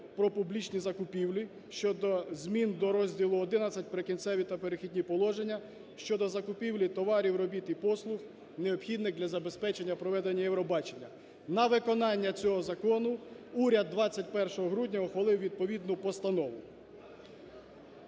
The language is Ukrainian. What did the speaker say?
"Про публічні закупівлі" щодо змін до розділу ХІ "Прикінцеві та перехідні положення" щодо закупівлі товарів, робіт і послуг, необхідних для забезпечення проведення Євробачення. На виконання цього закону уряд 21 грудня ухвалив відповідну постанову.